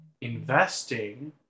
investing